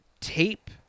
tape